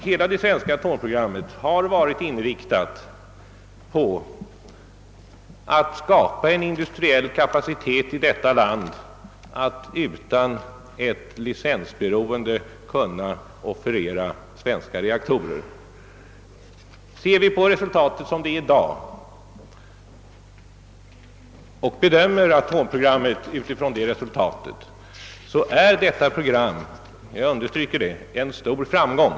Hela det svenska atomprogrammet har varit inriktat på att skapa en industriell kapacitet, som utan licensberoende kan offerera svenska reaktorer. Ser vi på resultatet som det är i dag och bedömer atomprogrammet utifrån detta resultat, måste vi konstatera att detta program — och jag understryker det — är en stor framgång.